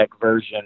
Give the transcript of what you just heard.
version